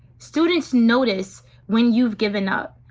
students notice when you've given up.